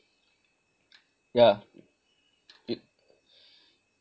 yah y~